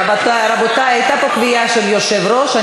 רבותי, הייתה פה קביעה של היושב-ראש.